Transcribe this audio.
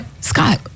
Scott